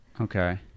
okay